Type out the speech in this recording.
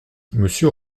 monsieur